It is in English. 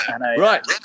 Right